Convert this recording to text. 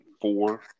four